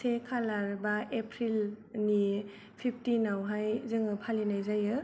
से खालार बा एप्रिल नि पिपटिन आवहाय जोङो फालिनाय जायो